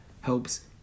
helps